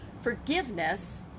forgiveness